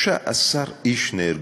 13 איש נהרגו.